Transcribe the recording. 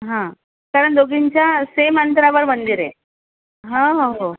हा कारण दोघींच्या सेम अंतरावर मंदिर आहे हा हो हो